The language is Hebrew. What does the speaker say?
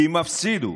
כי מפסיד הוא.